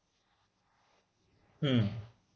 mm